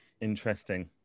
Interesting